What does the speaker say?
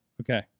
Okay